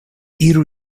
iru